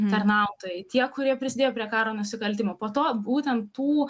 tarnautojai tie kurie prisidėjo prie karo nusikaltimų po to būtent tų